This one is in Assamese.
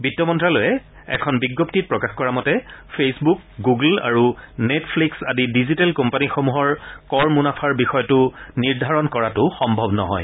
বিত্ত মন্ত্যালয়ে এখন বিজ্ঞপ্তিত প্ৰকাশ কৰা মতে ফেচবুক গুগ্ল আৰু নেটফিক্স আদি ডিজিটেল কোম্পানীসমূহৰ কৰ মুনাফাৰ বিষয়টো নিৰ্ধাৰণ কৰাটো সম্ভৱ নহয়